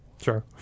Sure